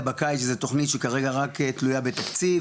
בקיץ שזו תוכנית שכרגע רק תלויה בתקציב,